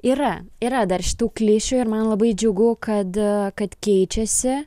yra yra dar šitų klišių ir man labai džiugu kad kad keičiasi